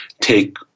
take